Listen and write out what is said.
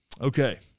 Okay